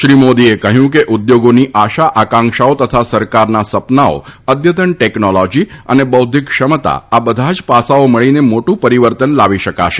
શ્રી મોદીએ કહ્યું કે ઉદ્યોગોની આશા આકાંક્ષાઓ તથા સરકારના સપનાઓ અદ્યતન ટેકનોલોજી અને બૌધ્ધિક ક્ષમતા આ બધા જ પાસાઓ મળીને મોટુ પરીવર્તન લાવી શકશે